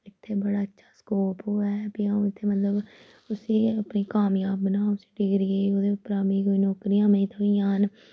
इत्थे बड़ा अच्छा स्कोप होऐ फ्ही अ'ऊं इत्थै मतलब उसी अपनी कामजाब बनां उसी डिग्री गी ओह्दे उप्परा मी कोई नौकरियां थ्होई जान